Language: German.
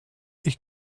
ich